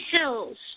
hills